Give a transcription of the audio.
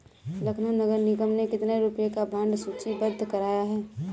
लखनऊ नगर निगम ने कितने रुपए का बॉन्ड सूचीबद्ध कराया है?